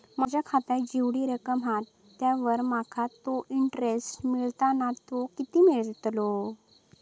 माझ्या खात्यात जेवढी रक्कम हा त्यावर माका तो इंटरेस्ट मिळता ना तो किती मिळतलो?